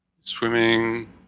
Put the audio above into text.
swimming